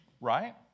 Right